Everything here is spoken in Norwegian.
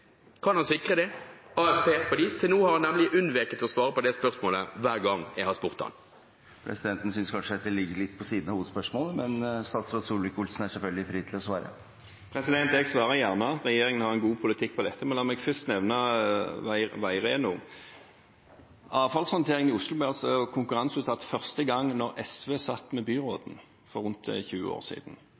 AFP? Til nå har han nemlig unnveket – fra å svare på det spørsmålet hver gang jeg har spurt ham. Presidenten synes kanskje dette ligger litt på siden av hovedspørsmålet, men statsråd Solvik-Olsen er selvfølgelig fri til å svare. Jeg svarer gjerne. Regjeringen har en god politikk på dette. Men la meg først nevne Veireno. Avfallshåndtering i Oslo ble altså konkurranseutsatt første gang da SV satt med byråden for rundt 20 år siden,